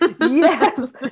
Yes